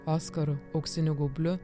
oskaru auksiniu gaubliu